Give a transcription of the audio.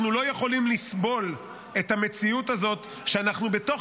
אנחנו לא יכולים לסבול את המציאות הזאת שבה בתוך